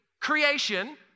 creation